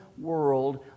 world